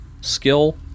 skill